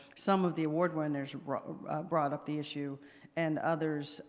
some of the award winners brought brought up the issue and others